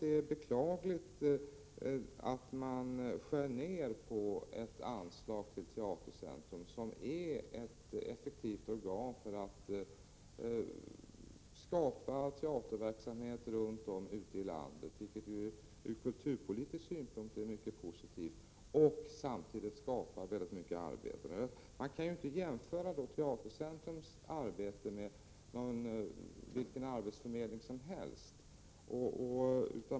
Det är ändå beklagligt att behöva skära ned i ett anslag till Teatercentrum, som är ett effektivt organ för att få till stånd teaterverksamhet runt om i landet, vilket från kulturpolitisk synpunkt är mycket positivt, och samtidigt skapa många arbetstillfällen. Det går ju inte att jämföra Teatercentrums arbete med vilken arbetsförmedlings som helst.